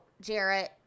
Jarrett